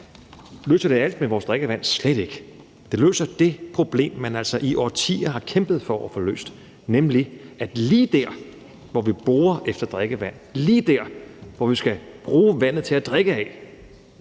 Løser det alt med hensyn til vores drikkevand? Slet ikke. Men det løser det problem, som vi i årtier har kæmpet for at få løst, nemlig at vi lige der, hvor vi borer efter drikkevand, lige der, hvor vi skal bruge vandet til at drikke af,